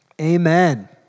Amen